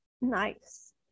nice